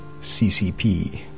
CCP